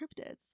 cryptids